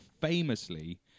famously